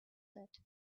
that